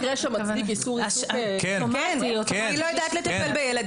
אם היא לא יודעת לטפל בילד,